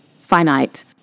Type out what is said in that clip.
finite